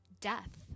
death